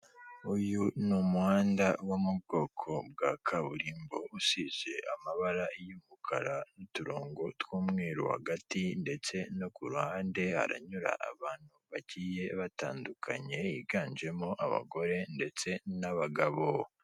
Uyu ni umuhanda wo mu bwoko bwa kaburimbo usize amabara y'umukara n'uturongo tw'umweru, hagati ndetse no ku ruhande haranyura abantu bagiye batandukanye higanjemo abagore ndetse n'abagabo.